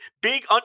big